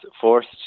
forced